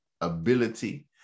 ability